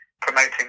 promoting